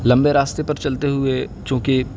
لمبے راستے پر چلتے ہوئے چوں کہ